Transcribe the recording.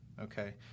Okay